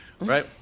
Right